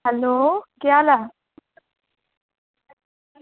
hello केह् हाल ऐ